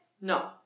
No